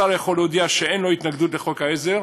השר יכול להודיע שאין לו התנגדות לחוק העזר,